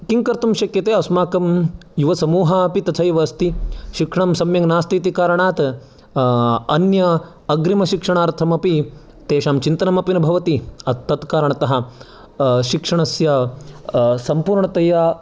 किं कर्तुं शक्यते अस्माकं युवसमूहापि तथैव अस्ति शिक्षणं सम्यक् नास्ति इति कारणात् अन्य अग्रिमशिक्षणार्थमपि तेषां चिन्तनम् अपि न भवति तत् कारणतः शिक्षणस्य संपूर्णतया